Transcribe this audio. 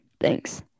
Thanks